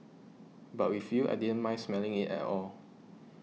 but with you I didn't mind smelling it at all